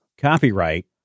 Copyright